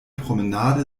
promenade